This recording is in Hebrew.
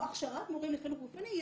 הכשרת מורים לחינוך גופני,